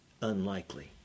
unlikely